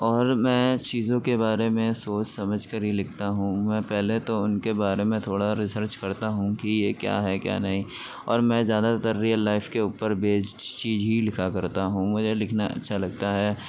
اور میں چیزوں کے بارے میں سوچ سمجھ کر ہی لکھتا ہوں میں پہلے تو ان کے بارے میں تھوڑا ریسرچ کرتا ہوں کہ یہ کیا ہے کیا نہیں اور میں زیادہ تر ریئل لائف کے اوپر بیسڈ چیز ہی لکھا کرتا ہوں مجھے لکھنا اچھا لگتا ہے